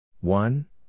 One